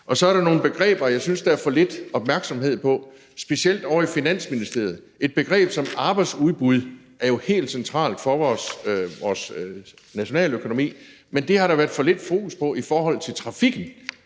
Så er der nogle begreber, jeg synes der er for lidt opmærksomhed på, specielt ovre i Finansministeriet. Et begreb som arbejdsudbud er jo helt centralt for vores nationaløkonomi, men det har der været for lidt fokus på med hensyn til trafikken,